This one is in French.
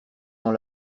dans